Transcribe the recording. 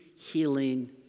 Healing